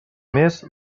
més